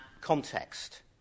context